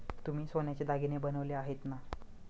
तुम्ही सोन्याचे दागिने बनवले आहेत ना?